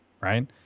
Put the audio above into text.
Right